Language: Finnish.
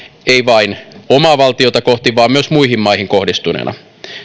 ei vain omaa valtiota kohti vaan myös muihin maihin kohdistuneena